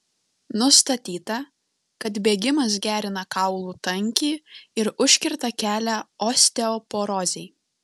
nustatyta kad bėgimas gerina kaulų tankį ir užkerta kelią osteoporozei